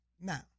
Now